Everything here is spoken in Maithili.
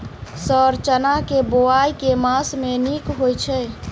सर चना केँ बोवाई केँ मास मे नीक होइ छैय?